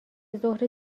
ظهر